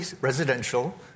residential